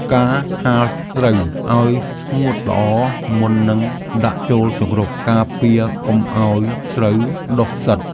ការហាលស្រូវឱ្យស្ងួតល្អ មុននឹងដាក់ចូលជង្រុក ការពារកុំឱ្យស្រូវដុះផ្សិត។